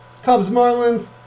Cubs-Marlins